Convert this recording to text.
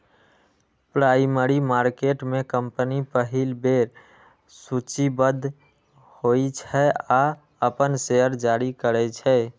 primary market में company पहिल बेर सूचीबद्ध होइ छै आ अपन शेयर जारी करै छै